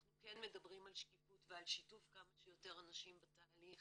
אנחנו כן מדברים על שקיפות ועל שיתוף כמה שיותר אנשים בתהליך